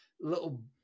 little